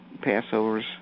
Passover's